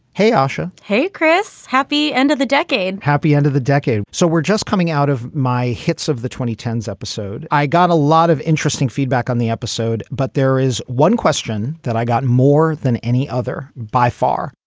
hey, ah aisha hey, chris. happy end of the decade happy end of the decade. so we're just coming out of my hits of the twenty ten s episode. i got a lot of interesting feedback on the episode, but there is one question that i got more than any other by far.